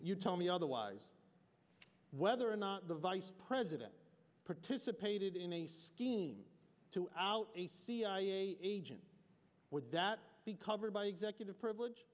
you tell me otherwise whether or not the vice president participated in a scheme to out a cia agent would that be covered by executive privilege